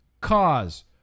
cause